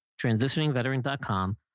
transitioningveteran.com